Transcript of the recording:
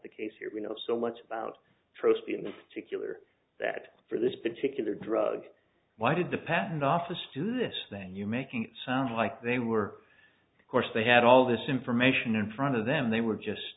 the case here we know so much about trust b in the particular that for this particular drug why did the patent office do this then you're making it sound like they were course they had all this information in front of them they were just